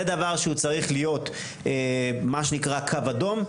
זה דבר שהוא צריך להיות קו אדום,